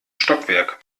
stockwerk